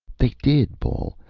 they did, paul.